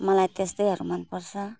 मलाई त्यस्तैहरू मनपर्छ